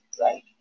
right